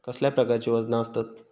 कसल्या प्रकारची वजना आसतत?